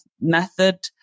method